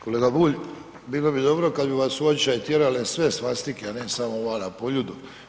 Kolega Bulj bilo bi dobro kad bi vas u očaj tjerale sve svastike, a ne samo ova na Poljudu.